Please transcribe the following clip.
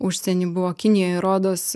užsieny buvo kinijoj rodos